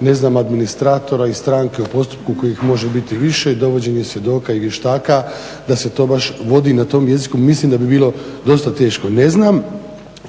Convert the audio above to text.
ne znam, administratora i stranke u postupku kojih može biti i više i dovođenje svjedoka i vještaka da se to baš vodi na tom jeziku, mislim da bi bilo dosta teško. Ne znam